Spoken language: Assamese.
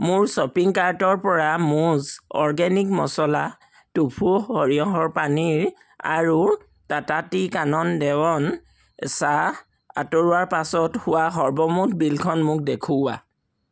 মোৰ শ্বপিং কাৰ্টৰ পৰা মুজ অৰ্গেনিক মচলা টোফু সৰিয়হৰ পানীৰ আৰু টাটা টি কানন দেৱন চাহ আঁতৰোৱাৰ পাছত হোৱা সৰ্বমুঠ বিলখন মোক দেখুওৱা